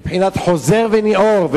בבחינת חוזר וניעור,